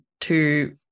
to-